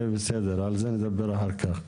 על זה נדבר אחר כך.